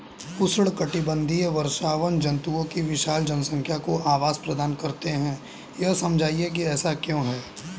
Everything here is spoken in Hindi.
उष्णकटिबंधीय वर्षावन जंतुओं की विशाल जनसंख्या को आवास प्रदान करते हैं यह समझाइए कि ऐसा क्यों है?